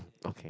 okay